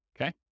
Okay